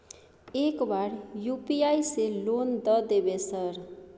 एक बार यु.पी.आई से लोन द देवे सर?